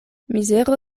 mizero